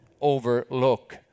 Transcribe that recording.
overlook